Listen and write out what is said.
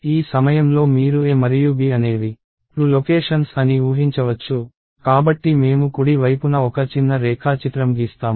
ఈ సమయంలో మీరు a మరియు b అనేవి 2 లొకేషన్స్ అని ఊహించవచ్చు కాబట్టి మేము కుడి వైపున ఒక చిన్న రేఖాచిత్రం గీస్తాను